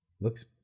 looks